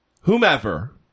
whomever